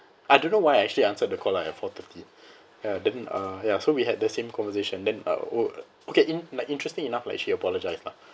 I don't know why I actually answered the call lah at four thirty ya then uh ya so we had the same conversation then uh o~ okay in~ like interesting enough like she apologised lah